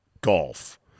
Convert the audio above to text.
golf